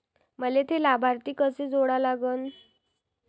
मले थे लाभार्थी कसे जोडा लागन?